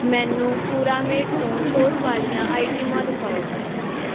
ਮੈਨੂੰ ਪੁਰਾਮੇਟ ਤੋਂ ਛੋਟ ਵਾਲੀਆਂ ਆਈਟਮਾਂ ਦਿਖਾਓ